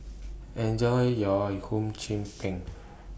Enjoy your Hum Chim Peng